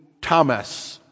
Thomas